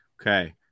Okay